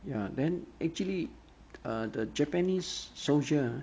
ya then actually uh the japanese soldier ah